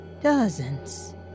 Dozens